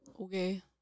Okay